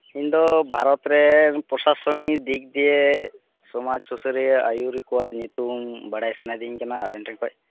ᱤᱧ ᱫᱚ ᱵᱷᱟᱨᱚᱛ ᱨᱮᱱ ᱯᱨᱚᱥᱟᱥᱚᱱᱤ ᱫᱤᱜ ᱫᱤᱭᱮ ᱥᱚᱢᱟᱡᱽ ᱥᱩᱥᱟᱹᱨᱤᱭᱟᱹ ᱟᱹᱭᱩᱨᱤᱭᱟᱹ ᱠᱚᱣᱟᱜ ᱧᱩᱛᱩᱢ ᱵᱟᱲᱟᱭ ᱥᱟᱱᱟᱭᱮᱫᱤᱧ ᱠᱟᱱᱟ ᱟᱵᱮᱱ ᱴᱷᱮᱱ ᱠᱷᱚᱱ